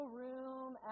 room